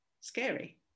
scary